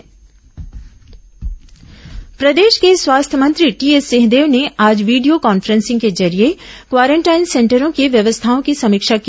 सिंहदेव बैठक प्रदेश के स्वास्थ्य मंत्री टीएस सिंहदेव ने आज वीडियो कॉन्फ्रेंसिंग के जरिये क्वारेंटाइन सेंटरों की व्यवस्थाओं की समीक्षा की